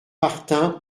martin